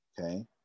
okay